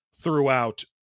throughout